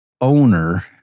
owner